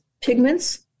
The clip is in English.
pigments